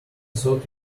thought